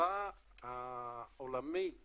שהסביבה העולמית